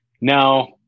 Now